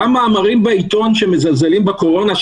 גם מאמרים בעיתון שמזלזלים בקורונה,